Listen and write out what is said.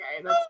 okay